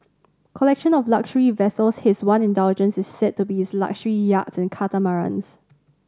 collection of luxury vessels his one indulgence is said to be his luxury yachts and catamarans